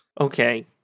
Okay